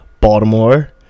Baltimore